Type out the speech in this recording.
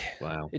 Wow